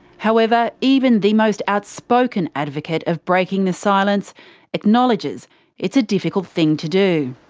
however, even the most outspoken advocate of breaking the silence acknowledges it's a difficult thing to do.